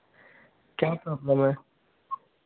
क्या प्रॉब्लम है